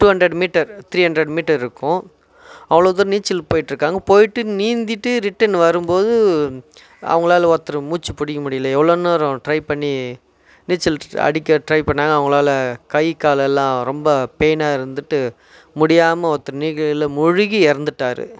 two hundred metre three hundred metre இருக்கும் அவ்வளோதூரம் நீச்சல் போய்ட்டு இருக்காங்க போய்ட்டு நீந்திட்டு ரிட்டன் வரும்போது அவங்களால ஒருத்தருக்கு மூச்சுப் பிடிக்கமுடியல எவ்வளோ நேரம் ட்ரை பண்ணி நீச்சல் அடிக்க ட்ரை பண்ணாங்க அவங்களால கை காலெல்லாம் ரொம்ப பெயினாக இருந்துட்டு முடியாமல் ஒருத்தர் நீந்தயில முழுகி இறந்துட்டாரு